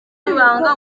w’ibanga